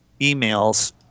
emails